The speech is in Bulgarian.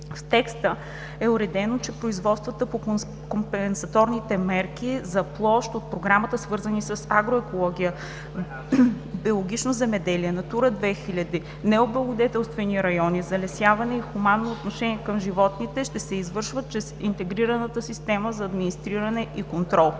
В текста е уредено, че производствата по компенсаторните мерки за площ от Програмата, свързани с агроекология, биологично земеделие, Натура 2000, необлагодетелствани райони, залесяване и хуманно отношение към животните ще се извършват чрез Интегрираната система за администриране и контрол.